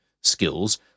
skills